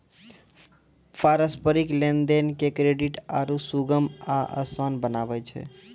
पारस्परिक लेन देन के क्रेडिट आरु सुगम आ असान बनाबै छै